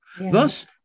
Thus